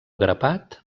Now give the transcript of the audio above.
grapat